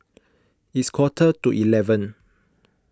its quarter to eleven